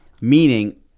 meaning